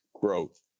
growth